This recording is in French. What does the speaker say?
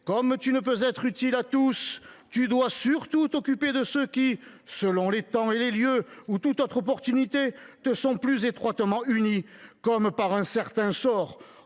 Comme tu ne peux être utile à tous, tu dois surtout t’occuper de ceux qui, selon les temps et les lieux ou toutes autres opportunités, te sont plus étroitement unis comme par un certain sort.